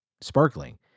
sparkling